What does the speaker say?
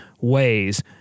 ways